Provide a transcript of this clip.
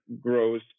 grows